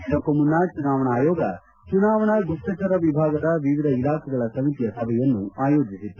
ಇದಕ್ಕೂ ಮುನ್ನ ಚುನಾವಣಾ ಆಯೋಗ ಚುನಾವಣಾ ಗುಪ್ತಚರ ವಿಭಾಗದ ವಿವಿಧ ಇಲಾಖೆಗಳ ಸಮಿತಿಯ ಸಭೆಯನ್ನು ಆಯೋಜಿಸಿತ್ತು